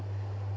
and